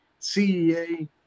CEA